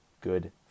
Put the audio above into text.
good